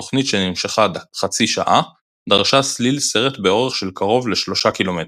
תוכנית שנמשכה חצי שעה דרשה סליל סרט באורך של קרוב ל-3 קילומטרים.